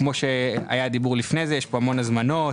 כפי שהיה דיבור לפני כן יש פה המון הזמנות